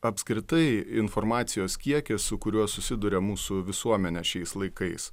apskritai informacijos kiekis su kuriuo susiduria mūsų visuomenė šiais laikais